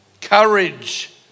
courage